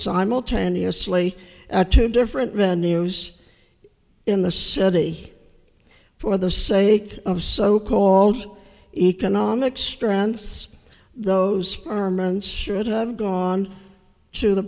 simultaneously at two different venues in the city for the sake of so called economic strengths those firmaments should have gone to the